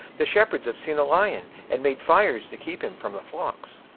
the shepherds have seen a lion, and made fires to keep him from the flocks.